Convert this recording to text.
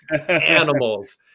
animals